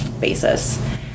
basis